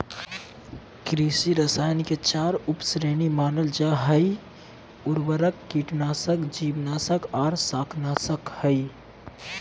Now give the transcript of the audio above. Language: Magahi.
कृषि रसायन के चार उप श्रेणी मानल जा हई, उर्वरक, कीटनाशक, जीवनाशक आर शाकनाशक हई